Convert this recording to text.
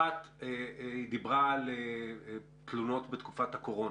היא דיברה על תלונות בתקופת הקורונה.